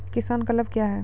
किसान क्लब क्या हैं?